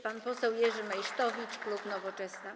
Pan poseł Jerzy Meysztowicz, klub Nowoczesna.